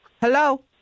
Hello